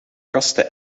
gasten